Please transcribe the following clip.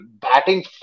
batting